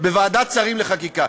בוועדת שרים לחקיקה?